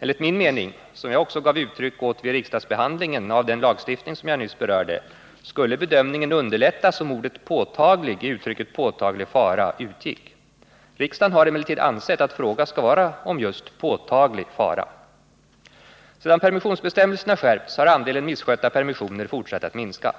Enligt min mening, som jag också gav uttryck åt vid riksdagsbehandlingen av den lagstiftning som jag nyss berörde, skulle bedömningen underlättas om ordet ”påtaglig” i uttrycket ”påtaglig fara” utgick. Riksdagen har emellertid ansett att fråga skall vara om just ”påtaglig fara”. Sedan permissionsbestämmelserna skärpts har andelen misskötta permissioner fortsatt att minska.